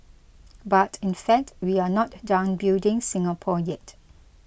but in fact we are not done building Singapore yet